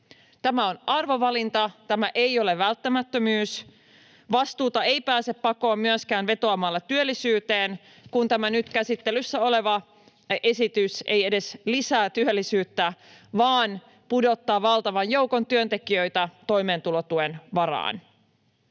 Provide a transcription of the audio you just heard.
Tämä on arvovalinta, tämä ei ole välttämättömyys. Vastuuta ei pääse pakoon myöskään vetoamalla työllisyyteen, kun tämä nyt käsittelyssä oleva esitys ei edes lisää työllisyyttä vaan pudottaa valtavan joukon työntekijöitä toimeentulotuen varaan.